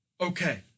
okay